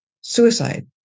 suicide